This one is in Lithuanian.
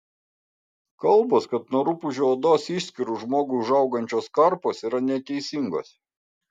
kalbos kad nuo rupūžių odos išskyrų žmogui užaugančios karpos yra neteisingos